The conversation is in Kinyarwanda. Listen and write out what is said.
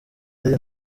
eden